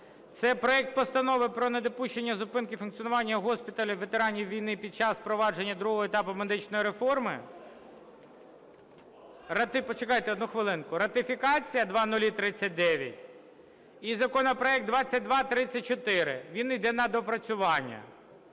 це проект Постанови про недопущення зупинки функціонування госпіталів ветеранів війни під час впровадження другого етапу медичної реформи, почекайте одну хвилинку, ратифікація 0039 і законопроект 2234, він іде на доопрацювання.